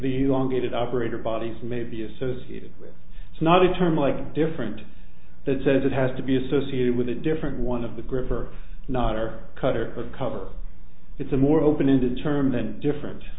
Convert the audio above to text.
the on gated operator bodies may be associated with it's not a term like different that says it has to be associated with a different one of the group or not or cutter or cover it's a more open ended term than differen